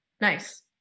nice